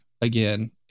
again